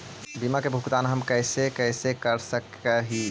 बीमा के भुगतान हम कैसे कैसे कर सक हिय?